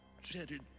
shattered